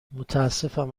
متاسفم